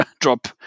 drop